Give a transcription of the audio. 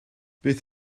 beth